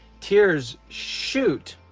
tears shoot!